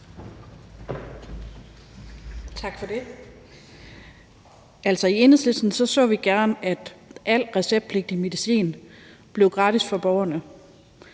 Tak for det. I Enhedslisten så vi gerne, at al receptpligtig medicin blev gratis for borgerne.